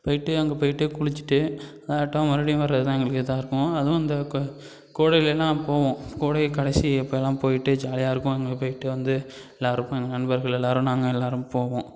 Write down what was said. போய்ட்டு அங்கே போய்ட்டு குளிச்சிட்டு அதாட்டம் மறுபடியும் வர்றது தான் எங்களுக்கு இதாக இருக்கும் அதுவும் இந்த கோ கோடையில் எல்லாம் போவோம் கோடை கடைசி அப்போயெல்லாம் போய்ட்டு ஜாலியாக இருக்கும் அங்கே போய்ட்டு வந்து எல்லாருக்கும் எங்கள் நண்பர்கள் எல்லாரும் நாங்கள் எல்லாரும் போவோம்